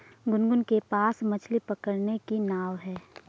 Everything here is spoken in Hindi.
गुनगुन के पास मछ्ली पकड़ने की नाव है